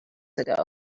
ago